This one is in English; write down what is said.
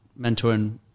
mentoring